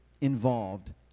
involved